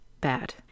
bad